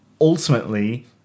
ultimately